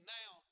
now